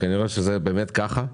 כנראה זה באמת ככה.